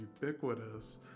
ubiquitous